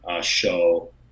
show